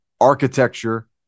architecture